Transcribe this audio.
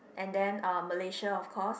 and then uh Malaysia of course